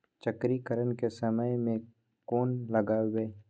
चक्रीकरन के समय में कोन लगबै?